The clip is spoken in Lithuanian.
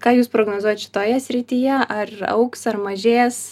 ką jūs prognozuojat šitoje srityje ar augs ar mažės